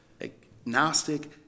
agnostic